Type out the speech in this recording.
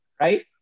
right